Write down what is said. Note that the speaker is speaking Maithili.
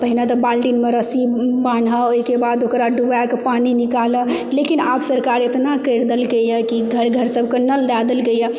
पहिले तऽ बाल्टिनमे रस्सी बान्हि ओइके बाद ओकरा डुबाके पानि निकालह लेकिन आब सरकार इतना करि देलकइ यऽ कि घर घर सबके नल दए देलकइए